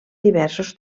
diversos